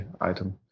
item